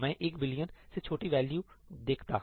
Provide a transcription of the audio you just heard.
तो मैं एक बिलियन से छोटी वैल्यू देखता